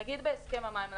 בהסכם המים אמרנו: